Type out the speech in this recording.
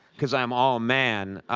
cause i'm all man,